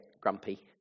grumpy